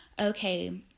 okay